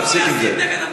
תפסיק עם זה.